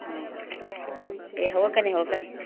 ꯑꯥ ꯑꯦ ꯍꯧꯒꯠꯀꯅꯤ ꯍꯧꯒꯠꯀꯅꯤ